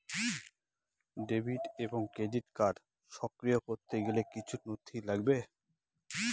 Debit এবং credit card সক্রিয় করতে গেলে কিছু নথি লাগবে?